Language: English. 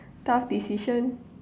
tough decision